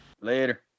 later